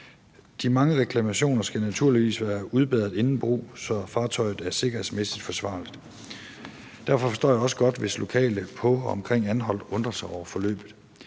De mange reklamationer skal naturligvis være udbedret inden brug, så fartøjet er sikkerhedsmæssigt forsvarligt. Derfor forstår jeg også godt, hvis lokale på og omkring Anholt undrer sig over forløbet.